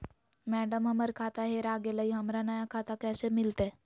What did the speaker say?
madam, हमर खाता हेरा गेलई, हमरा नया खाता कैसे मिलते